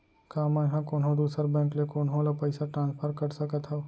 का मै हा कोनहो दुसर बैंक ले कोनहो ला पईसा ट्रांसफर कर सकत हव?